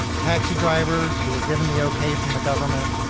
taxi drivers who were given the okay from the government,